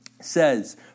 says